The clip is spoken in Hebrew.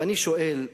ואני שואל,